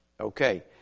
Okay